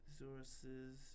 Resources